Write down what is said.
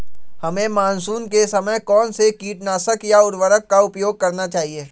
हमें मानसून के समय कौन से किटनाशक या उर्वरक का उपयोग करना चाहिए?